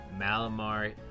Malamar